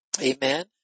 Amen